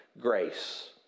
grace